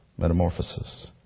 Metamorphosis